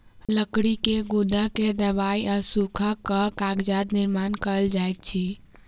लकड़ी के गुदा के दाइब आ सूखा कअ कागजक निर्माण कएल जाइत अछि